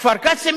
כפר-קאסם,